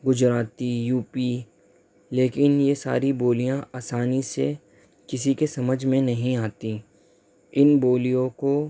Gujarati UP لیکن یہ ساری بولیاں آسانی سے کسی کے سمجھ میں نہیں آتیں ان بولیوں کو